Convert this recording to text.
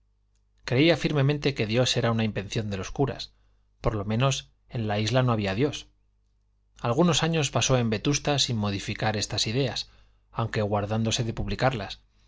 creía firmemente que dios era una invención de los curas por lo menos en la isla no había dios algunos años pasó en vetusta sin modificar estas ideas aunque guardándose de publicarlas